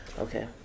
Okay